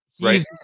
Right